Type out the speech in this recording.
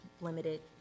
limited